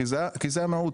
כי זו המהות.